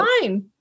fine